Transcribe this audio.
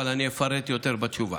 ואני אפרט יותר בתשובה.